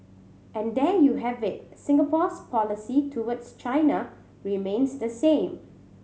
and there you have it Singapore's policy towards China remains the same